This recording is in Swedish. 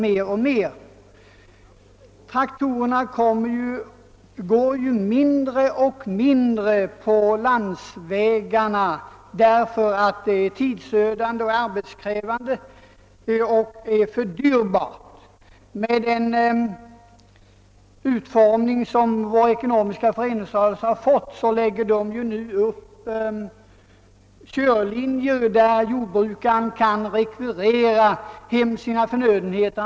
Traktorerna går i allt mindre utsträckning på landsvägarna, därför att det är alltför tidsödande, arbetskrävande och dyrbart att köra dem där. Med den utformning som vår ekonomiska föreningsrörelse har fått läggs det upp körlinjer, genom vilka jordbrukaren kan få hem sina förnödenheter.